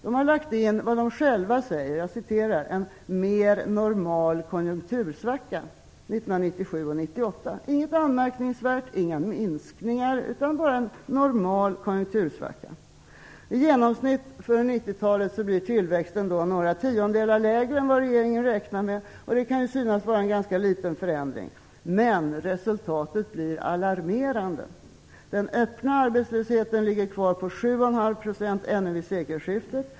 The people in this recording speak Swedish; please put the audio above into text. KI har lagt in vad de själva kallar "en mer normal konjunktursvacka" 1997 och 1998 - inget anmärkningsvärt, inga minskningar, utan bara en normal konjunktursvacka. I genomsnitt för 1990-talet blir tillväxten då några tiondelar lägre än vad regeringen räknar med, och det kan ju synas vara en ganska liten förändring. Men resultatet blir alarmerande. Den öppna arbetslösheten ligger kvar på 7,5 % ännu vid sekelskiftet.